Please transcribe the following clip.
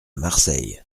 marseille